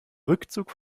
rückzug